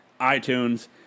iTunes